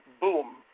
boom